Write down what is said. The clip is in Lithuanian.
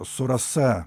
su rasa